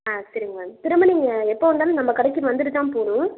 ஆ சரிங்க மேடம் திரும்ப நீங்கள் எப்போ வந்தாலும் நம்ப கடைக்கு வந்துவிட்டு தான் போகணும்